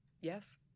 Yes